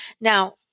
Now